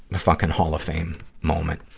the fucking hall of fame moment,